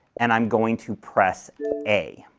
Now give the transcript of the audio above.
and i'm going to press a.